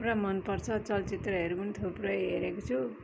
पुरा मनपर्छ चलचित्रहरू थुप्रै हेरेको छु